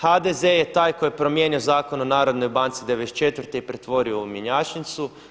HDZ je taj koji je promijenio Zakon o narodnoj banci '94. i pretvorio u mjenjačnicu.